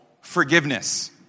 forgiveness